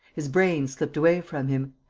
his brain slipped away from him.